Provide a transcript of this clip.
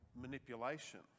manipulation